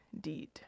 deed